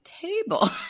table